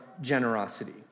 generosity